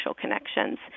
connections